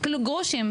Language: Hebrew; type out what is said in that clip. גרושים.